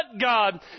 God